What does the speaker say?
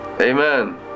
Amen